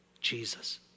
Jesus